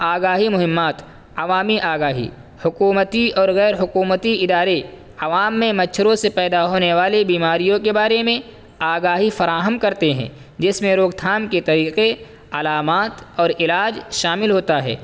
آگاہی مہمات عوامی آگاہی حکومتی اور غیرحکومتی ادارے عوام میں مچھروں سے پیدا ہونے والی بیماریوں کے بارے میں آگاہی فراہم کرتے ہیں جس میں روک تھام کے طریقے علامات اور علاج شامل ہوتا ہے